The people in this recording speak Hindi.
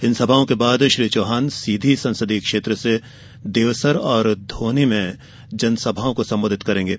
इन सभाओं के बाद श्री चौहान सीधी संसदीय क्षेत्र के देवसर और धोहनी में भीं जनसभाओं को संबोधित करेंगे